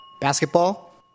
Basketball